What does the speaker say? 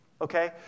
Okay